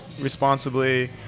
responsibly